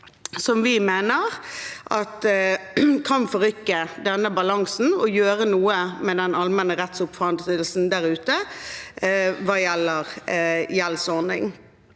vi mener at kan forrykke denne balansen og gjøre noe med den allmenne rettsoppfatningen der ute hva gjelder gjeldsordning.